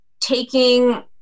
taking